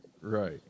Right